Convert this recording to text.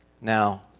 Now